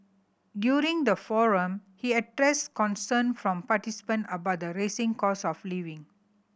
during the forum he addressed concern from participant about the rising cost of living